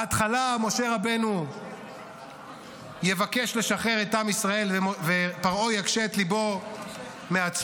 בהתחלה משה רבנו יבקש לשחרר את עם ישראל ופרעה יקשה את ליבו מעצמו,